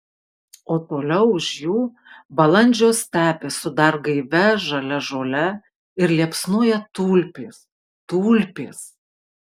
o toliau už jų balandžio stepė su dar gaivia žalia žole ir liepsnoja tulpės tulpės